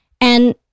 And-